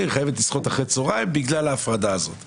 אני מקריא לך את מה שהוא אמר.